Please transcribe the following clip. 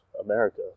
America